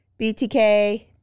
BTK